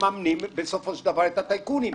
מממנים בסופו של דבר את הטייקונים.